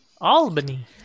Albany